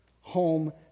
Home